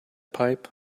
pipe